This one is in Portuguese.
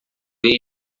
veio